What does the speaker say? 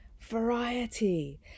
variety